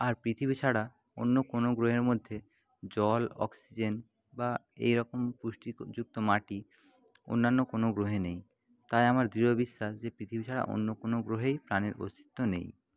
আর পৃথিবী ছাড়া অন্য কোনো গ্রহের মধ্যে জল অক্সিজেন বা এই রকম পুষ্টি যুক্ত মাটি অন্যান্য কোনো গ্রহে নেই তাই আমার দৃঢ় বিশ্বাস যে পৃথিবী ছাড়া অন্য কোনো গ্রহেই প্রাণের অস্তিত্ব নেই